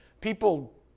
people